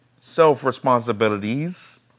self-responsibilities